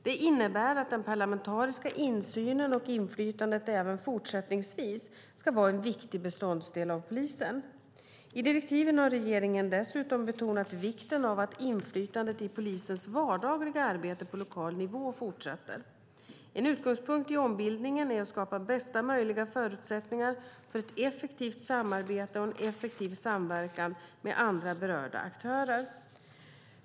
Det innebär att den parlamentariska insynen och inflytandet även fortsättningsvis ska vara en viktig beståndsdel av polisen. I direktiven har regeringen dessutom betonat vikten av att inflytandet i polisens vardagliga arbete på lokal nivå fortsätter. En utgångspunkt i ombildningen är att skapa bästa möjliga förutsättningar för ett effektivt samarbete och en effektiv samverkan med andra berörda aktörer.